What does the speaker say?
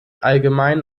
allgemein